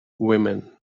women